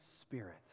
Spirit